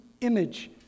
image